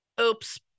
Oops